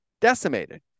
decimated